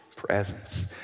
Presence